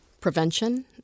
prevention